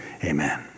Amen